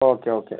okay okay